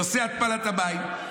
נושא התפלת המים,